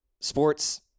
sports